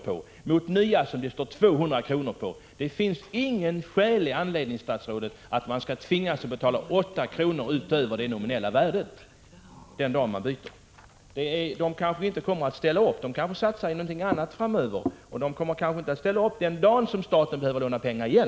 på mot nya som det står 200 kr. på. Det finns inget skäl, statsrådet, att de skall 57 tvingas att betala 8 kr. utöver det nominella värdet den dag de vill byta! De kanske inte kommer att ställa upp mera. De kanske vill satsa på någonting annat framöver och inte ställer upp den dag staten behöver låna pengar igen.